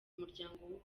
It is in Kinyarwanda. muryango